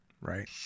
right